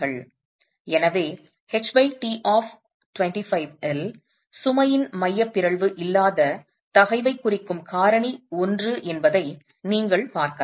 எனவே ht of 25 இல் சுமையின் மைய பிறழ்வு இல்லாத தகைவைக் குறைக்கும் காரணி ஒன்று என்பதை நீங்கள் பார்க்கலாம்